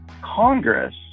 Congress